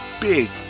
big